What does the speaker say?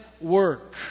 work